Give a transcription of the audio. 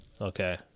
Okay